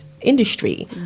industry